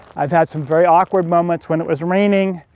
i've had some very awkward moments when was raining,